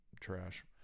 trash